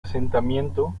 asentamiento